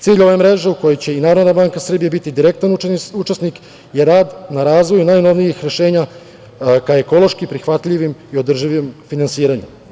Cilj ove mreže u kojoj će i NBS biti direktan učesnik je rad na razvoju najnovijih rešenja ka ekološki prihvatljivom i održivom finansiranju.